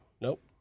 Nope